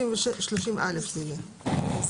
זה יהיה 30(א).